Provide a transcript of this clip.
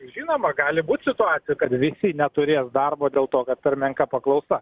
žinoma gali būt situacijų kad visi neturės darbo dėl to kad per menka paklausa